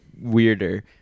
weirder